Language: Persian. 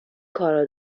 کارها